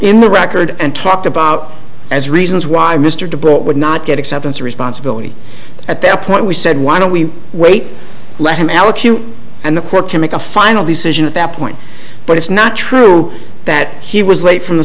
in the record and talked about as reasons why mr deployment would not get acceptance of responsibility at that point we said why don't we wait let him alec you and the court can make a final decision at that point but it's not true that he was late from the